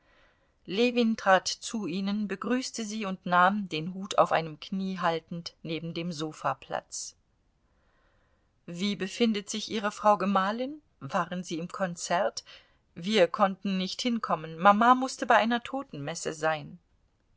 ljewin trat zu ihnen begrüßte sie und nahm den hut auf einem knie haltend neben dem sofa platz wie befindet sich ihre frau gemahlin waren sie im konzert wir konnten nicht hinkommen mama mußte bei einer totenmesse sein